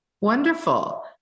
wonderful